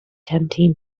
canteen